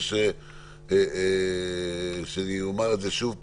אני אומר שוב,